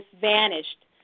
vanished